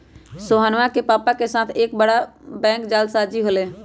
सोहनवा के पापा के साथ एक बड़ा बैंक जालसाजी हो लय